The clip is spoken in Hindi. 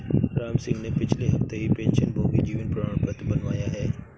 रामसिंह ने पिछले हफ्ते ही पेंशनभोगी जीवन प्रमाण पत्र बनवाया है